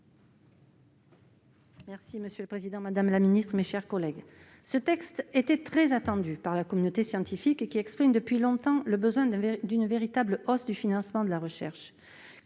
vote. Monsieur le président, madame la ministre, mes chers collègues, ce texte était très attendu par la communauté scientifique, qui exprime depuis longtemps le besoin d'une véritable revalorisation du financement de la recherche.